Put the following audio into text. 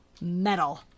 metal